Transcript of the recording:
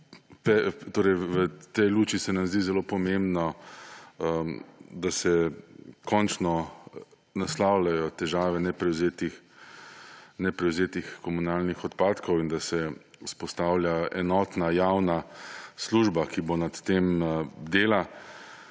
V tej luči se nam zdi zelo pomembno, da se končno naslavljajo težave neprevzetih komunalnih odpadkov in da se vzpostavlja enotna javna služba, ki bo nad tem bdela